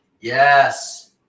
Yes